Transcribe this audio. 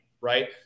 right